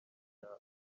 byawe